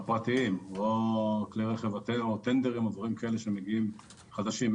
הפרטיים או הטנדרים או דברים כאלה שמגיעים חדשים,